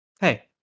Hey